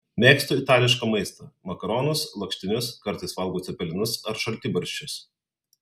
mėgstu itališką maistą makaronus lakštinius kartais valgau cepelinus ar šaltibarščius